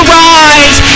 rise